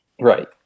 Right